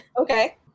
Okay